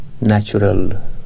natural